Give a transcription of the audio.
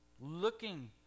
Looking